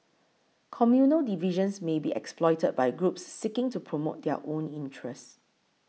communal divisions may be exploited by groups seeking to promote their own interests